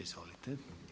Izvolite.